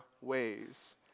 ways